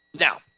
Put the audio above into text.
Now